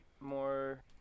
more